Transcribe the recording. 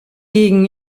gegen